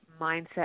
mindset